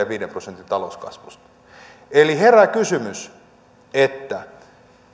viiden prosentin talouskasvusta eli herää kysymys että